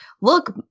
look